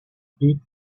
bit